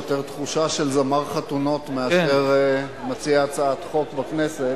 יותר תחושה של זמר חתונות מאשר מציע הצעת חוק בכנסת.